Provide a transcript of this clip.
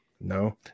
No